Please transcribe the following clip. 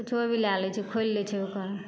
किछु भी लए लै छै खोलि लै छै ओकर